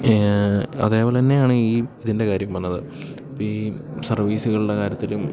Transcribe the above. അതേപോലെത്തന്നെയാണ് ഈ ഇതിൻ്റെ കാര്യം പറഞ്ഞത് ഇപ്പോളീ സർവീസുകളുടെ കാര്യത്തിലും